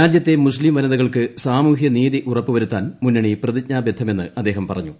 രാജ്യത്തെ മുസ്ലീം വനിതകൾക്ക് സാമൂഹ്യ നീതി ഉറപ്പു വരുത്താൻ മുന്നണി പ്രതിജ്ഞാബദ്ധമെന്ന് അദ്ദേഹം പറഞ്ഞു